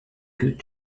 good